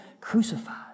crucified